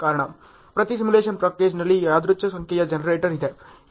ಪ್ರತಿ ಸಿಮ್ಯುಲೇಶನ್ ಪ್ಯಾಕೇಜ್ನಲ್ಲಿ ಯಾದೃಚ್ ಸಂಖ್ಯೆಯ ಜನರೇಟರ್ ಇದೆ